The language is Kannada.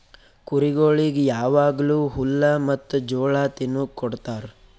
ಕುರಿಗೊಳಿಗ್ ಯಾವಾಗ್ಲೂ ಹುಲ್ಲ ಮತ್ತ್ ಜೋಳ ತಿನುಕ್ ಕೊಡ್ತಾರ